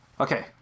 Okay